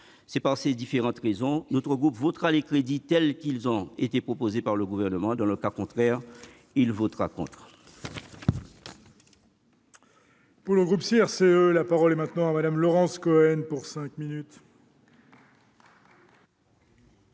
Pour ces différentes raisons, notre groupe votera les crédits tels qu'ils ont été proposés par le Gouvernement. Dans le cas contraire, il votera contre.